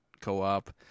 co-op